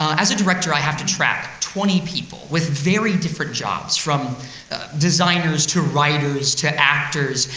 as a director, i have to track twenty people with very different jobs from designers, to writers, to actors,